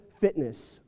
fitness